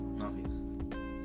Obvious